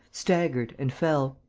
staggered and fell.